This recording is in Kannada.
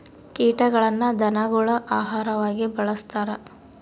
ಕೀಟಗಳನ್ನ ಧನಗುಳ ಆಹಾರವಾಗಿ ಬಳಸ್ತಾರ